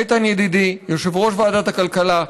איתן ידידי, יושב-ראש ועדת הכלכלה.